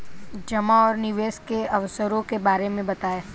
जमा और निवेश के अवसरों के बारे में बताएँ?